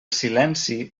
silenci